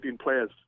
players